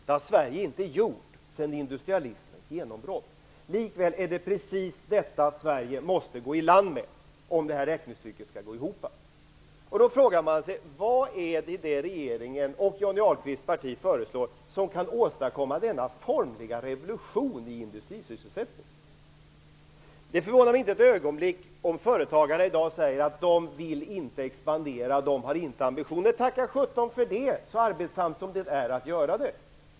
Det har Sverige inte gjort sedan industrialismens genombrott. Likväl är det precis detta Sverige måste gå i land med, om räknestycket skall gå ihop. Då frågar man sig: Vad är det i det som regeringen och Johnny Ahlqvists parti föreslår som kan åstadkomma denna formliga revolution i industrisysselsättningen? Det förvånar mig inte ögonblick om företagare i dag säger att de inte vill expandera, att de inte har den ambitionen. Tacka sjutton för det, så arbetsamt som det är att göra det!